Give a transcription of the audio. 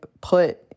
put